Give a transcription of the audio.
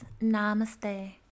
namaste